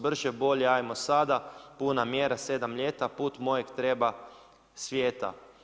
Brže bolje hajmo sada, puna mjera sedam ljeta, put mojeg treba svijeta.